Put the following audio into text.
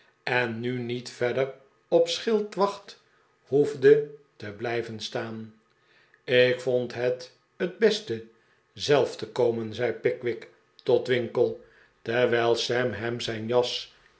en nu niet verder op schildwacht hoefde te blijven staan ik vond het het beste zelf te komen zei pickwick tot winkle terwijl sam hem zijn jas